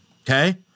Okay